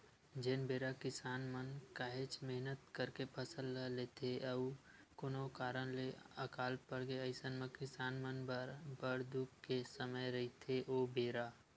जेन बेरा किसान मन काहेच मेहनत करके फसल ल लेथे अउ कोनो कारन ले अकाल पड़गे अइसन म किसान मन बर बड़ दुख के समे रहिथे ओ बेरा